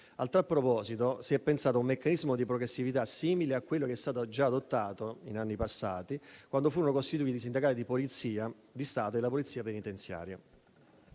A tal proposito si è pensato ad un meccanismo di progressività simile a quello che è stato già adottato in anni passati quando furono costituiti i sindacati della Polizia di Stato e della Polizia penitenziaria.